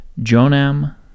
Jonam